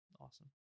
awesome